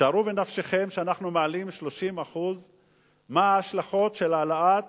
שערו בנפשכם שאנחנו מעלים ב-30% מה ההשלכות של העלאת